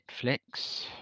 Netflix